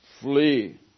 Flee